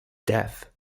death